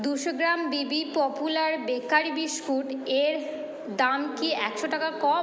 দুশো gram BB popular bakery biscuit এর দাম কি একশো টাকা কম